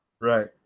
right